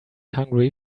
hungry